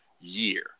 year